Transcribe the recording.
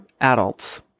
adults